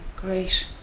Great